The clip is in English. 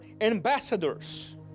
ambassadors